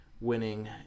winning